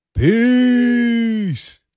Peace